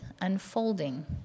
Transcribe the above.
unfolding